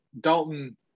Dalton